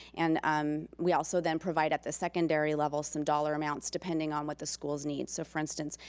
and um we also then provide at the secondary level some dollar amounts depending on what the schools need. so for instance,